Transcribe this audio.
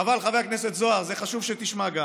חבל, חבר הכנסת זוהר, זה חשוב שגם אתה תשמע.